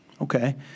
Okay